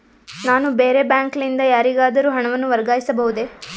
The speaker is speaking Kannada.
ನಾನು ಬೇರೆ ಬ್ಯಾಂಕ್ ಲಿಂದ ಯಾರಿಗಾದರೂ ಹಣವನ್ನು ವರ್ಗಾಯಿಸಬಹುದೇ?